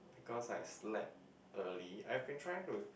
because I slept early I've been trying to